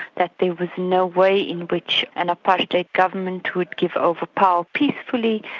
that there was no way in which an apartheid government would give over power peacefully,